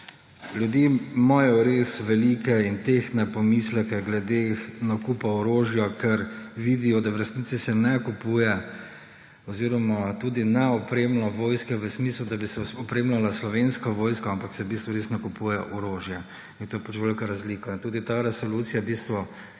ljudje imajo res velike in tehtne pomisleke glede nakupa orožja, ker vidijo, da v resnici se ne kupuje oziroma tudi ne opremlja vojske v smislu, da bi se opremljala Slovenska vojska, ampak se v bistvu res nakupuje orožje. In to je pač velika razlika. Tudi ta resolucija je spet